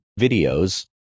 videos